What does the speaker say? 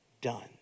done